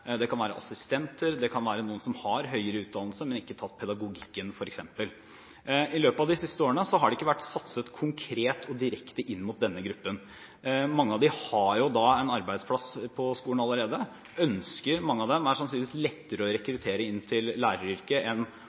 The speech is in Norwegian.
Det kan f.eks. være assistenter, eller det kan være noen som har høyere utdannelse, men som ikke har tatt pedagogikken. I løpet av de siste årene har det ikke vært satset konkret og direkte inn mot denne gruppen. Mange av dem har jo en arbeidsplass på skolen allerede, ønsker det og det er sannsynligvis lettere å rekruttere dem inn til læreryrket enn